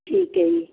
ਠੀਕ ਹੈ ਜੀ